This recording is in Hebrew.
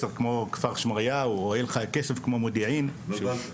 סוציו-אקונומי 10 כמו כפר שמריהו או אין לך כסף כמו למודיעין אז